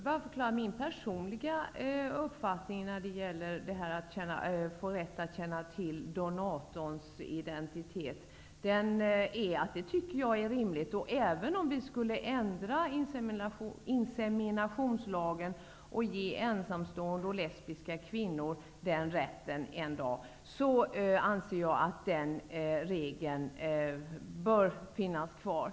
Herr talman! Min personliga uppfattning i frågan om rätten att känna till donatorns identitet är att det är rimligt. Även om vi skulle ändra inseminationslagen så att även ensamstående och lesbiska kvinnor får den rätten, anser jag att den regeln bör finnas kvar.